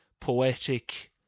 poetic